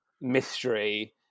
mystery